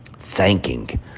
Thanking